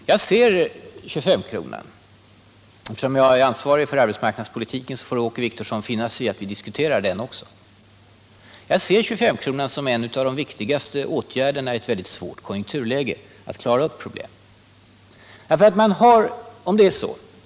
Eftersom jag är ansvarig för arbetsmarknadspolitiken får Åke Wictorsson finna sig i att vi diskuterar också detta arbetsmarknadspolitiska hjälpmedel. Jag ser 25-kronan som en av de viktigaste åtgärderna för att klara problemen i ett mycket svårt konjunkturläge.